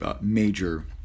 major